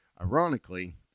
Ironically